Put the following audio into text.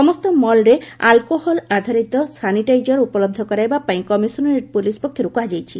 ସମସ୍ତ ମଲ୍ରେ ଆଲ୍କୋହଲ ଆଧାରିତ ସାନିଟାଇଜର ଉପଲହ କରାଇବା ପାଇଁ କମିଶନରେଟ୍ ପୁଲିସ ପକ୍ଷରୁ କୁହାଯାଇଛି